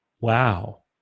wow